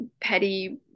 petty